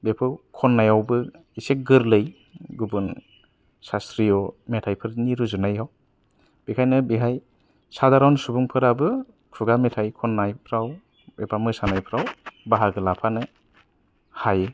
बेखौ खननायावबो एसे गोरलै गुबुन सासट्रिअ मेथाइ फोरनि रोजाबनायाव बेखायनो बेहाय साधारन सुबुं फोराबो खुगा मेथाइ खननायफ्राव एबा मोसानायफ्राव बाहागो लाफानो हायो